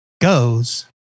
goes